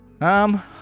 Um